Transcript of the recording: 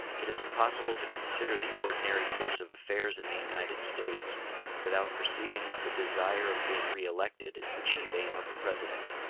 it is impossible to consider the ordinary course of affairs in the united states without perceiving that the desire of being re-elected is the chief aim of the president